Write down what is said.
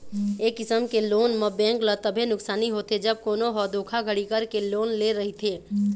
ए किसम के लोन म बेंक ल तभे नुकसानी होथे जब कोनो ह धोखाघड़ी करके लोन ले रहिथे